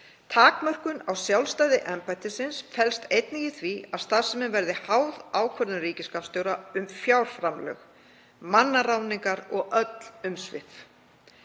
Takmörkun á sjálfstæði embættisins felst einnig í því að starfsemin verði háð ákvörðun ríkisskattstjóra um fjárframlög, mannaráðningar og öll umsvif.